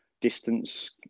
distance